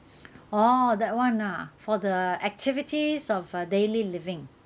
oh that one ah for the activities of uh daily living